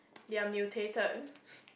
ya mutated